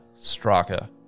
Straka